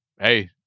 hey